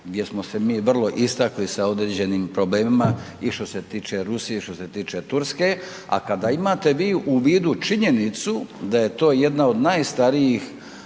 gdje smo se mi vrlo istakli sa određenim problemima i što se tiče Rusije i što se tiče Turske, a kada imate vi u vidu činjenicu da je to jedna od najstarijih